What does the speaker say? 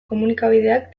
komunikabideak